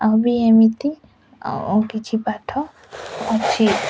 ଆଉ ବି ଏମିତି ଆଉ କିଛି ପାଠ ଅଛି